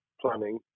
planning